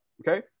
Okay